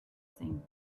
same